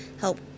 help